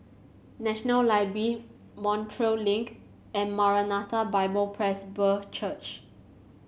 National Library Montreal Link and Maranatha Bible Presby Church